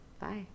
bye